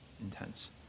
Intense